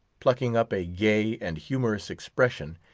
plucking up a gay and humorous expression,